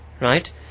right